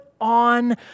on